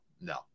no